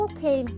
Okay